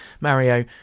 Mario